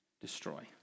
destroy